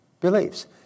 beliefs